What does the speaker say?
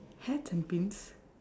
hats and pins